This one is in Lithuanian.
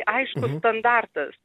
aiškus standartas